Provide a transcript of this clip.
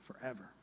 forever